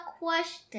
question